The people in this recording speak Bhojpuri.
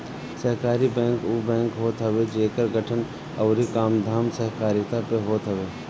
सहकारी बैंक उ बैंक होत हवे जेकर गठन अउरी कामधाम सहकारिता पे होत हवे